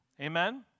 Amen